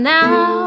now